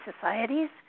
societies